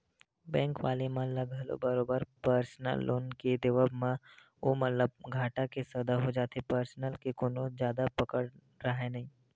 bank वाले मन ल घलो बरोबर परसनल लोन के देवब म ओमन ल घाटा के सौदा हो जाथे परसनल के कोनो जादा पकड़ राहय नइ